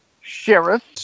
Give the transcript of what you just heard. Sheriff